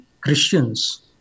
Christians